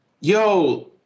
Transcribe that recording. Yo